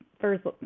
first